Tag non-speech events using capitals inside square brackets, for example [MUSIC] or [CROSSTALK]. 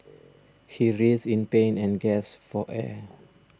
[NOISE] he writhed in pain and gasped for air